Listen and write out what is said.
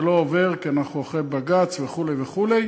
זה לא עובר, כי אנחנו אחרי בג"ץ וכו' וכו'.